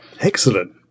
Excellent